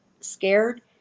scared